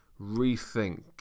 rethink